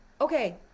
Okay